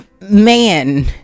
man